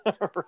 right